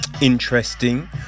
Interesting